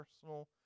personal